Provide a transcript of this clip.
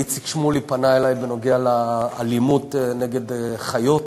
איציק שמולי פנה אלי בנוגע לאלימות נגד חיות,